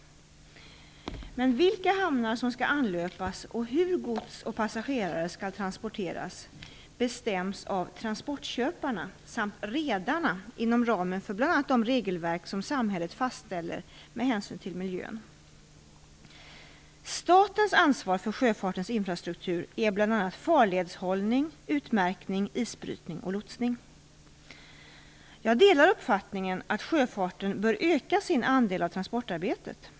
Vilka hamnar som skall anlöpas och hur gods och passagerare skall transporteras bestäms av transportköparna samt redarna inom ramen för bl.a. de regelverk som samhället fastställer med hänsyn till miljön. Statens ansvar för sjöfartens infrastruktur är bl.a. farledshållning, utmärkning, isbrytning och lotsning. Jag delar uppfattningen att sjöfarten bör öka sin andel av transportarbetet.